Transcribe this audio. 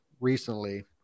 recently